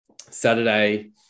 Saturday